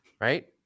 right